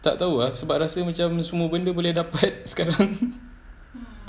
tak tahu ah sebab rasa macam semua benda boleh dapat sekarang